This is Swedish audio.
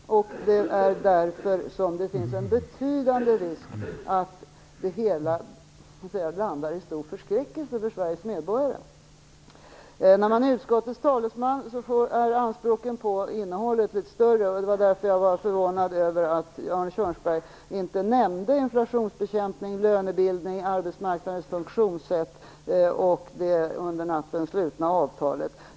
Det är därför det finns en betydande risk för att det hela landar i stor förskräckelse för Sveriges medborgare. När man talar som utskottets talesman är anspråken på innehållet litet större. Det var därför jag var förvånad över att Arne Kjörnsberg inte nämnde inflationsbekämpning, lönebildning, arbetsmarknadens funktionssätt och det under natten slutna avtalet.